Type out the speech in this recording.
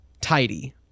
tidy